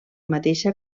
mateixa